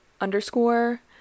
underscore